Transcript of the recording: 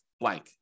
blank